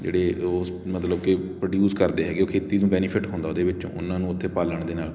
ਜਿਹੜੇ ਉਹ ਮਤਲਬ ਕਿ ਪ੍ਰੋਡਿਊਸ ਕਰਦੇ ਹੈਗੇ ਉਹ ਖੇਤੀ ਨੂੰ ਬੈਨੀਫ਼ਿਟ ਹੁੰਦਾ ਉਹਦੇ ਵਿੱਚੋਂ ਉਨ੍ਹਾਂ ਨੂੰ ਉੱਥੇ ਪਾਲਣ ਦੇ ਨਾਲ